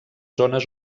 zones